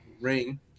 ring